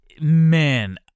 man